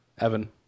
Evan